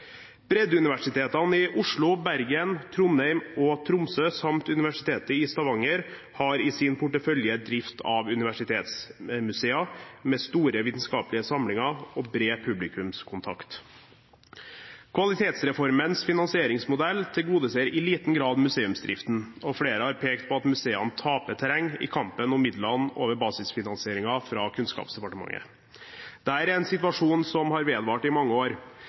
Breddeuniversitetene i Oslo, Bergen, Trondheim og Tromsø samt Universitetet i Stavanger har i sin portefølje drift av universitetsmuseer med store vitenskapelige samlinger og bred publikumskontakt. Kvalitetsreformens finansieringsmodell tilgodeser i liten grad museumsdriften, og flere har pekt på at museene taper terreng i kampen om midlene over basisfinansieringen fra Kunnskapsdepartementet. Dette er en situasjon som har vedvart i mange år,